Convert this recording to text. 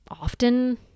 often